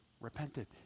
repented